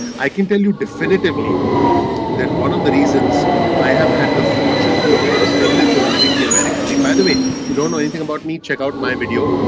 i can tell you definitively that one of the reasons i have had the fortune, the honor, the privilege of living the american dream. by the way if you don't know anything about me, check out my video.